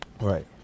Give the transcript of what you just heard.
right